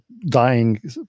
dying